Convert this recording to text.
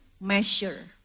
measure